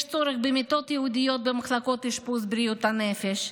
יש צורך במיטות ייעודיות במחלקות אשפוז בריאות הנפש,